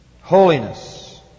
holiness